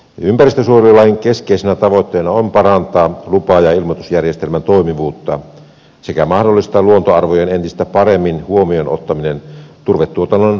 ympäristönsuojelulain keskeisenä tavoitteena on parantaa lupa ja ilmoitusjärjestelmän toimivuutta sekä mahdollistaa luontoarvojen entistä parempi huomioon ottaminen turvetuotannon luvituksessa